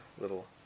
little